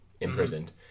imprisoned